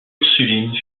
ursulines